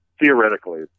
theoretically